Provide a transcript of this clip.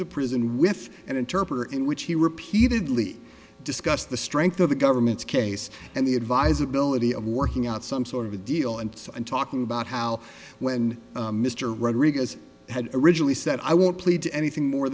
the prison with an interpreter in which he repeatedly discussed the strength of the government's case and the advise his ability of working out some sort of a deal and and talking about how when mr rodriguez had originally said i won't plead to anything more